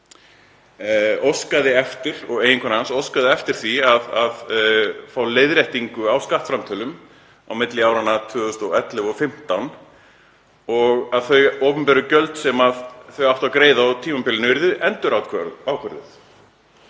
óskuðu eftir því að fá leiðréttingu á skattframtölum á milli áranna 2011 og 2015 og að þau opinberu gjöld sem þau áttu að greiða á tímabilinu yrðu endurákvörðuð.